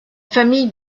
famille